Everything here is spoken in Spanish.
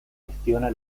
gestiona